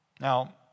Now